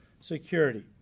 security